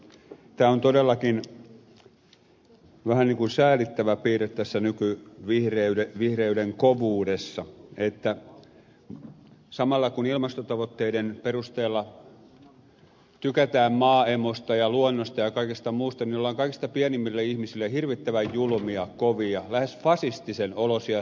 tämä on todellakin vähän säälittävä piirre tässä nykyvihreyden kovuudessa että samalla kun ilmastotavoitteiden perusteella tykätään maaemosta ja luonnosta ja kaikesta muusta ollaan kaikista pienimmille ihmisille hirvittävän julmia kovia lähes fasistisen oloisia